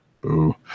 boo